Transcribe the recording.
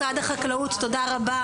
משרד החקלאות, תודה רבה.